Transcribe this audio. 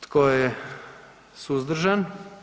Tko je suzdržan?